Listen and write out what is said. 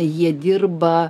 jie dirba